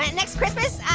and next christmas,